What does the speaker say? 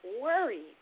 worried